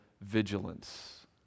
vigilance